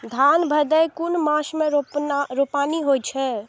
धान भदेय कुन मास में रोपनी होय छै?